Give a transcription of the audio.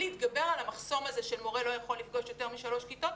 להתגבר על המחסום הזה שמורה לא יכול לפגוש יותר משלוש כיתות,